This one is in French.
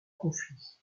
conflit